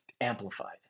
amplified